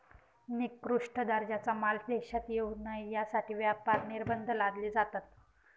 निकृष्ट दर्जाचा माल देशात येऊ नये यासाठी व्यापार निर्बंध लादले जातात